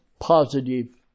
positive